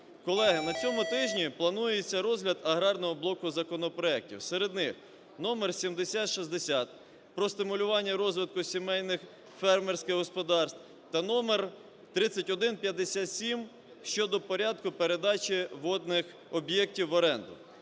Колеги, на цьому тижні планується розгляд аграрного блоку законопроектів. Серед них: номер 7060 про стимулювання розвитку сімейних фермерських господарств та номер 3157 щодо порядку передачі водних об'єктів в оренду.